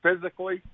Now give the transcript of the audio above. physically